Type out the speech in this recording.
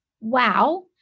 wow